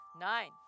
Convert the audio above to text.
Nine